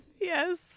yes